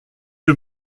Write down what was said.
que